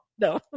No